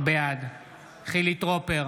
בעד חילי טרופר,